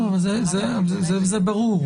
זה ברור.